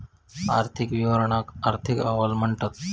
आर्थिक विवरणांका आर्थिक अहवाल म्हणतत